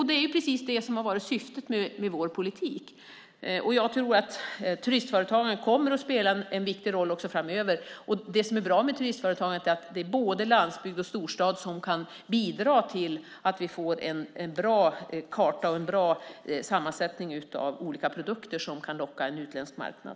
Det är precis det som har varit syftet med vår politik. Jag tror att turistföretagandet kommer att spela en viktig roll också framöver. Det som är bra med turistföretagandet är att både landsbygd och storstad kan bidra till att vi får en bra karta och en bra sammansättning av olika produkter som kan locka en utländsk marknad.